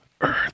earth